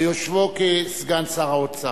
ביושבו כסגן שר האוצר.